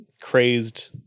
crazed